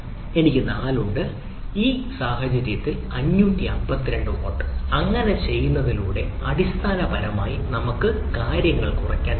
എനിക്ക് 4 ഉണ്ട് ഈ സാഹചര്യത്തിൽ 552 വാട്ട് അങ്ങനെ ചെയ്യുന്നതിലൂടെ അടിസ്ഥാനപരമായി നമുക്ക് കാര്യങ്ങൾ കുറയ്ക്കാൻ കഴിയും